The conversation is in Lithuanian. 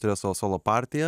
turėjo savo solo partiją